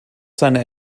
seine